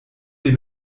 wir